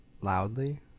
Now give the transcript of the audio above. loudly